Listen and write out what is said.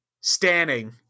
standing